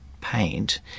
paint